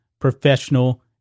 professional